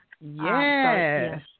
yes